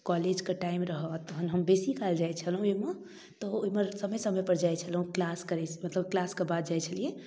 कॉलेजके टाइम रहऽ तहन हम बेसी काल जाइ छलहुँ ओइमे तऽ ओइमे समय समयपर जाइ छलहुँ क्लास करै मतलब क्लासके बाद जाइ छलियै